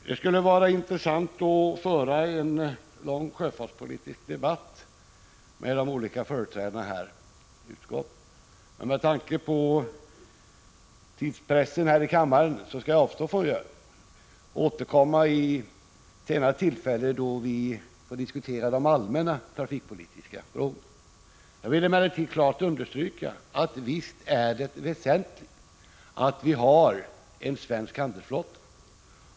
Det skulle vara intressant att föra en lång sjöfartspolitisk debatt med de olika partiernas företrädare i utskottet, men med tanke på tidspressen här i kammaren skall jag avstå från det och återkomma vid ett senare tillfälle, då vi får diskutera de allmänna trafikpolitiska frågorna. Jag vill emellertid klart understryka att det visst är väsentligt att vi har en svensk handelsflotta.